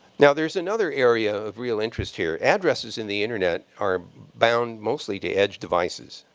now, there is another area of real interest here. addresses in the internet are bound mostly to edge devices.